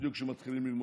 בדיוק כשמתחילים ללמוד.